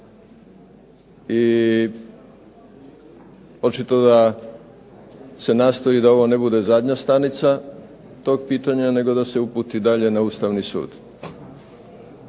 I očito da se nastoji da ovo ne bude zadnja stanica tog pitanja nego da se uputi dalje na Ustavni sud.